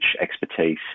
expertise